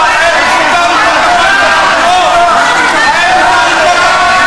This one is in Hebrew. בעוד חמש דקות